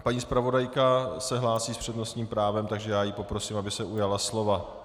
Paní zpravodajka se hlásí s přednostním právem, takže ji poprosím, aby se ujala slova.